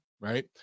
right